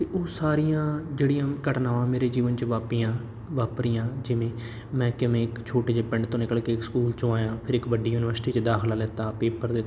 ਅਤੇ ਉਹ ਸਾਰੀਆਂ ਜਿਹੜੀਆਂ ਘਟਨਾਵਾਂ ਮੇਰੇ ਜੀਵਨ 'ਚ ਵਾਪਰੀਆਂ ਵਾਪਰੀਆਂ ਜਿਵੇਂ ਮੈਂ ਕਿਵੇਂ ਇੱਕ ਛੋਟੇ ਜਿਹੇ ਪਿੰਡ ਤੋਂ ਨਿਕਲ ਕੇ ਸਕੂਲ 'ਚੋਂ ਆਇਆ ਫਿਰ ਇੱਕ ਵੱਡੀ ਯੂਨੀਵਰਸਿਟੀ 'ਚ ਦਾਖਲਾ ਲਿੱਤਾ ਪੇਪਰ ਦਿੱਤਾ